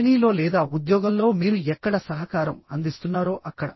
కంపెనీలో లేదా ఉద్యోగంలో మీరు ఎక్కడ సహకారం అందిస్తున్నారో అక్కడ